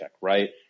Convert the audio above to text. right